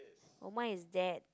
oh my is dad